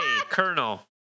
Colonel